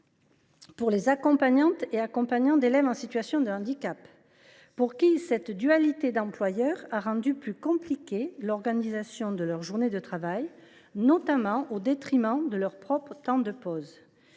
Pour les accompagnantes et accompagnants d’élèves en situation de handicap, ensuite, cette dualité d’employeurs a rendu plus compliquée l’organisation de la journée de travail, au détriment notamment de leur propre temps de pause.